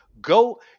Go